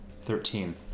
thirteen